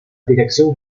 dirección